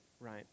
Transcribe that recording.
Right